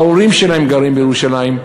ההורים שלהם גרים בירושלים.